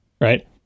right